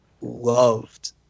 loved